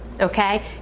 okay